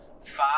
five